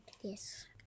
yes